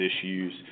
issues